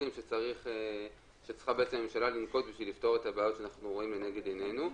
שהממשלה צריכה לנקוט כדי לפתור את הבעיות שאנחנו רואים לנגד עינינו.